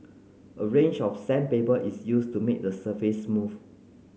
a range of sandpaper is used to make the surface smooth